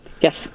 Yes